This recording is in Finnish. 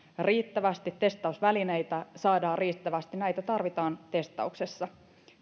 riittävästi testausvälineitä saadaan riittävästi näitä tarvitaan testauksessa